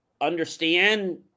understand